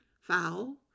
fowl